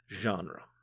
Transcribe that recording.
genre